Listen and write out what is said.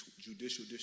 Judicial